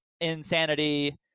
insanity